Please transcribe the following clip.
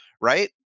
right